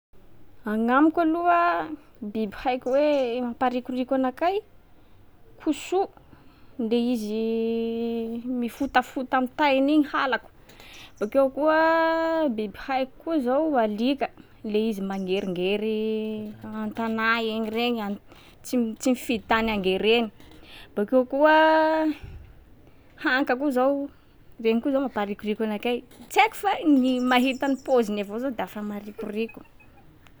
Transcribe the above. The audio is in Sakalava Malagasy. Agnamiko aloha, biby haiko hoe e- mamparikoriko anakahy i, kosoa. Le izy i- mifotafota amy tainy iny halako. Bakeo koa a, biby haiko koà zao alika. Le izy mangeringery i an-tanà egny reny, an- tsy m – tsy mifidy tany angerena. Bakeo koa a, hànka koa zao regny koa zao mamparikoriko anakay. Tsy haiko fa na mahita ny pôziny avao zao dafa marikoriko.